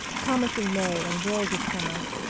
promising may and world of summer.